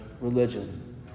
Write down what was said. religion